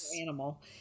animal